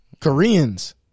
Koreans